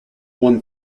one